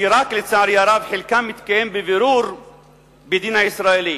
שרק חלקם, לצערי הרב, מתקיים בבירור בדין הישראלי.